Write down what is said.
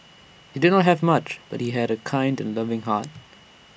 he did not have much but he had A kind and loving heart